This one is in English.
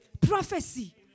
Prophecy